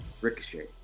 Ricochet